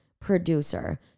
producer